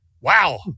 Wow